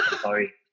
Sorry